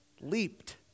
leaped